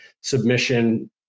submission